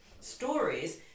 stories